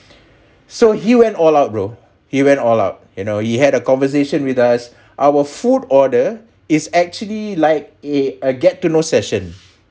so he went all out bro he went all out you know he had a conversation with us our food order is actually like a a get to know session